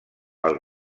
els